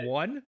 one